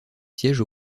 siège